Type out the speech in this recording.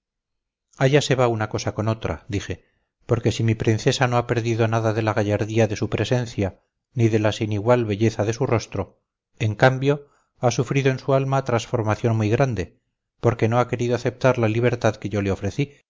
allá se va una cosa con otra dije porque si mi princesa no ha perdido nada de la gallardía de su presencia ni de la sin igual belleza de su rostro en cambio ha sufrido en su alma transformación muy grande porque no ha querido aceptar la libertad que yo le ofrecí